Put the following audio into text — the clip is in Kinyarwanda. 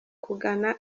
kugana